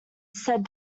said